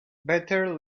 better